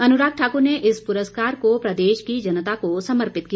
अनुराग ठाकुर ने इस पुरस्कार को प्रदेश की जनता को समर्पित किया